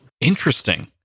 Interesting